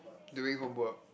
doing homework